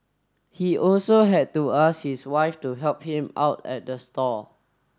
he also had to ask his wife to help him out at the stall